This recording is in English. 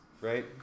right